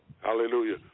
Hallelujah